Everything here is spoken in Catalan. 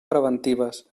preventives